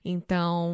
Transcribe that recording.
Então